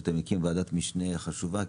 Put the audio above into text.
שאתה מקים ועדת משנה חשובה,